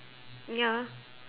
ya